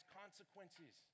consequences